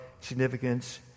significance